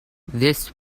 this